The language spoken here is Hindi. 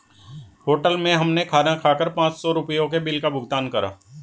होटल में हमने खाना खाकर पाँच सौ रुपयों के बिल का भुगतान करा